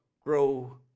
grow